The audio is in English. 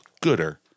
gooder